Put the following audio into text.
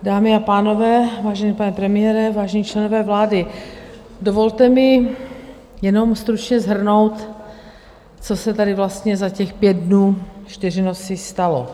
Dámy a pánové, vážený pane premiére, vážení členové vlády, dovolte mi jenom stručně shrnout, co se tady vlastně za těch pět dnů, čtyři noci stalo.